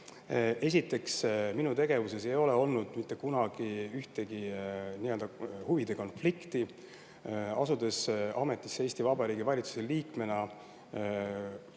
minu tegevuses ei ole olnud mitte kunagi ühtegi nii-öelda huvide konflikti. Asudes ametisse Eesti Vabariigi valitsuse liikmena,